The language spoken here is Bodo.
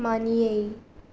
मानियै